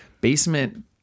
basement